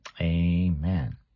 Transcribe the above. amen